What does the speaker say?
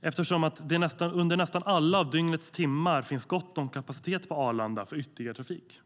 eftersom det under nästan alla dygnets timmar finns gott om kapacitet på Arlanda för ytterligare trafik.